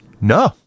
No